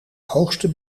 hoogste